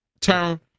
turn